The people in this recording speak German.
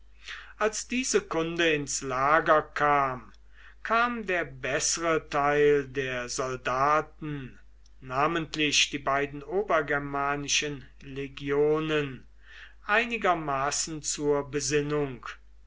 als diese kunde ins lager kam kam der bessere teil der soldaten namentlich die beiden obergermanischen legionen einigermaßen zur besinnung